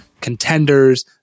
contenders